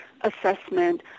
assessment